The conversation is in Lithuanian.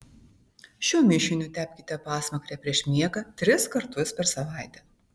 šiuo mišiniu tepkite pasmakrę prieš miegą tris kartus per savaitę